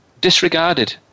disregarded